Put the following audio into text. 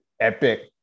epic